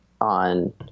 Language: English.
on